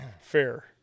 Fair